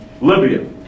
Libya